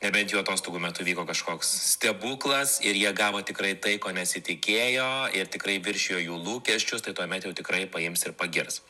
ne bent jų atostogų metu įvyko kažkoks stebuklas ir jie gavo tikrai tai ko nesitikėjo ir tikrai viršijo jų lūkesčius tai tuomet jau tikrai paims ir pagirs